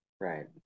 Right